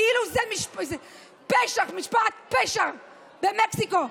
כאילו זו משפחת פשע במקסיקו.